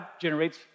generates